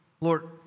Lord